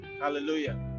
hallelujah